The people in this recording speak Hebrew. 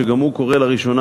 שגם הוא קורה לראשונה,